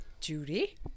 Judy